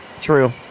True